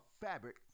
fabric